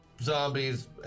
zombies